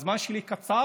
הזמן שלי קצר,